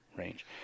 range